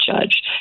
judge